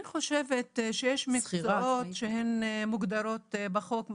אני חושבת שיש מקצועות שהם מוגדרים בחוק.